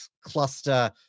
cluster